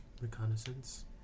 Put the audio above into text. Reconnaissance